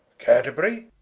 canterbury?